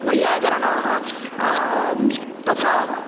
वैयाकरणाः तथा